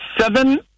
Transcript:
seven